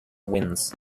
winds